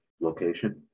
location